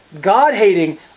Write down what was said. God-hating